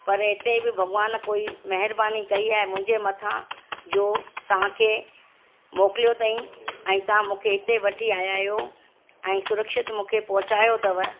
पर हिते बि भॻिवानु कोई महिरबानी कई आहे मुंहिंजे मथा जो तव्हांखे मोकिलियो अथई ऐं तव्हां मूंखे हिते वठी आयां आहियो ऐं सुरक्षित मूंखे पहुचायो अथव